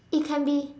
it can be